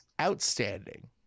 Outstanding